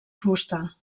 fusta